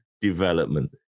development